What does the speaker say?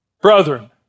brethren